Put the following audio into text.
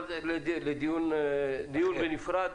אבל זה דיון בנפרד,